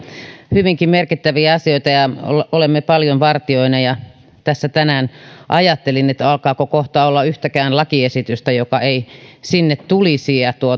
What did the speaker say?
hyvinkin merkittäviä asioita ja olemme paljon vartijoina tässä tänään ajattelin että alkaako kohta olla yhtäkään lakiesitystä joka ei sinne tulisi ja ja